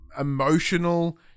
emotional